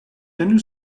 venu